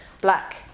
black